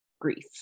grief